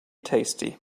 tasty